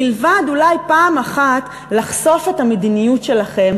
מלבד אולי פעם אחת לחשוף את המדיניות שלכם,